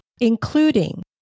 including